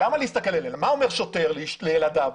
מה אומר שוטר לילדיו?